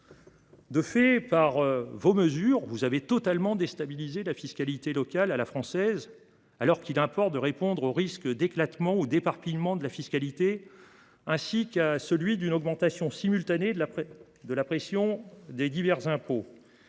De fait, par vos mesures, vous avez totalement déstabilisé la fiscalité locale à la française, alors qu’il importe de répondre au risque d’éclatement ou d’éparpillement de la fiscalité, ainsi qu’à celui d’une augmentation simultanée de la pression des divers impôts.